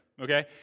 Okay